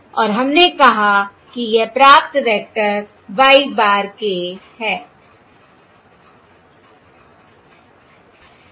और हमने कहा कि यह प्राप्त वेक्टर y bar k है